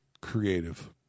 Creative